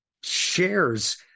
shares